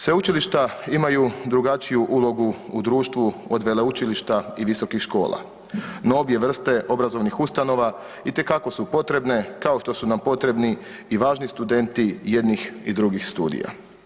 Sveučilišta imaju drugačiju ulogu u društvu od veleučilišta i visokih škola, no obje vrste obrazovnih ustanova itekako su potrebne kao što su nam potrebni i važni studenti jednih i drugih studija.